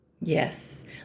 Yes